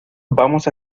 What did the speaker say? vamos